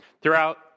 Throughout